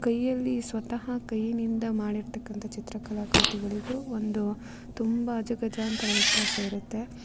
ಕೈಯಲ್ಲಿ ಸ್ವತಃ ಕೈಯಿಂದ ಮಾಡಿರತಕ್ಕಂಥ ಚಿತ್ರಕಲಾ ಕೃತಿಗಳಿಗು ಒಂದು ತುಂಬ ಅಜಗಜಾಂತರ ವ್ಯತ್ಯಾಸ ಇರುತ್ತೆ